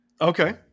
Okay